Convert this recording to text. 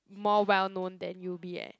more well known than u_b eh